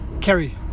Kerry